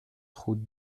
route